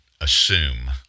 assume